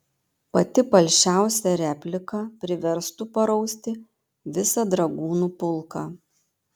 pati palšiausia replika priverstų parausti visą dragūnų pulką